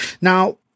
Now